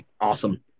Awesome